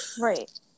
right